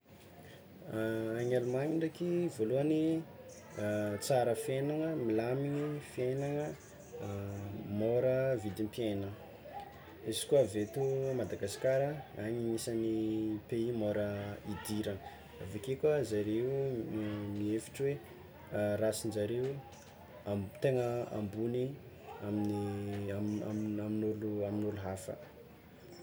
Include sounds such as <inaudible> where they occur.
<hesitation> Any Alemana ndraiky voalohany, tsara fiainagna milamigny fiainagna, môra vidim-piainagna, izy koa avy eto Madagasikara, agny agnisan'ny pays môra idirana, avekeo koa zareo mihevitry hoe <hesitation> race-njareo amb- tegna ambony amin'ny amin'ny amin'olo amin'olo hafa.